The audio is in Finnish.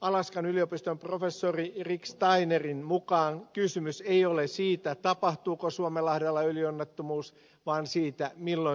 alaskan yliopiston professorin rick steinerin mukaan kysymys ei ole siitä tapahtuuko suomenlahdella öljyonnettomuus vaan siitä milloin se tapahtuu